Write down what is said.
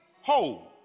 hold